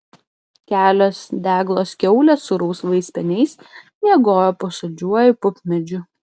kelios deglos kiaulės su rausvais speniais miegojo po saldžiuoju pupmedžiu